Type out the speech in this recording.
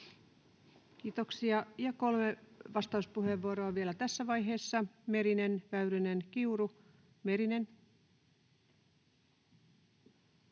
Kiitoksia. — Kolme vastauspuheenvuoroa vielä tässä vaiheessa: Merinen, Väyrynen, Kiuru. — Merinen.